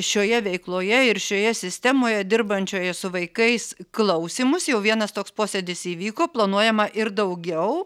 šioje veikloje ir šioje sistemoje dirbančioje su vaikais klausimus jau vienas toks posėdis įvyko planuojama ir daugiau